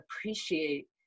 appreciate